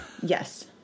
Yes